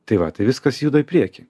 tai va tai viskas juda į priekį